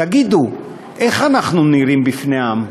תגידו, איך אנחנו נראים בפני העם?